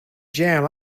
jam